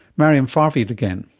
maryam farvid again.